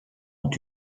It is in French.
ont